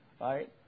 right